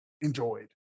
enjoyed